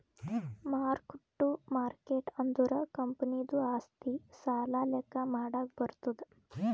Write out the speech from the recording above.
mark ಟ್ಟು market ಅಂದುರ್ ಕಂಪನಿದು ಆಸ್ತಿ, ಸಾಲ ಲೆಕ್ಕಾ ಮಾಡಾಗ್ ಬರ್ತುದ್